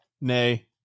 nay